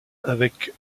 avec